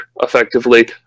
effectively